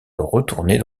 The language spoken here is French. retourner